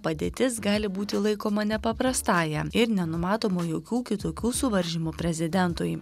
padėtis gali būti laikoma nepaprastąja ir nenumatoma jokių kitokių suvaržymų prezidentui